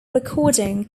recording